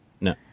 No